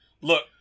Look